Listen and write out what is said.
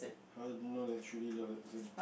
how do you know that you truly love that person